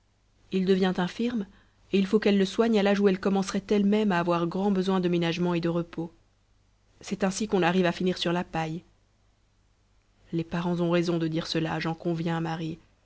il devient infirme et il faut qu'elle le soigne à l'âge où elle commencerait elle-même à avoir grand besoin de ménagement et de repos c'est ainsi qu'on arrive à finir sur la paille les parents ont raison de dire cela j'en conviens marie